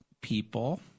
people